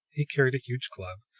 he carried a huge club,